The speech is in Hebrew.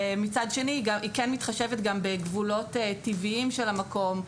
ומצד שני היא כן מתחשבת גם בגבולות טבעיים של המקום,